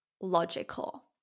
logical